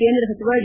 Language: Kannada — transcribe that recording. ಕೇಂದ್ರ ಸಚಿವ ಡಿ